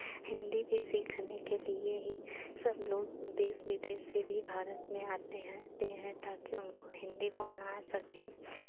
हिन्दी भी सीखने के लिए ही सब लोग देश विदेश से भी भारत में आते हैं ते हैं ताकि उनको हिन्दी बोलना आ सके